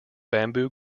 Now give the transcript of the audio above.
bamboo